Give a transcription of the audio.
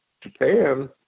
Japan